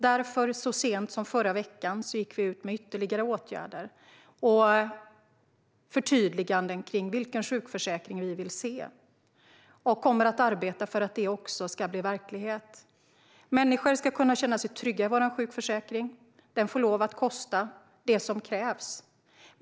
Därför vidtog vi ytterligare åtgärder så sent som förra veckan med förtydliganden om vilken sjukförsäkring vi vill se. Vi kommer att arbeta för att detta också ska bli verklighet. Människor ska kunna känna sig trygga i sjukförsäkringen. Den får lov att kosta det som krävs.